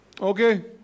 Okay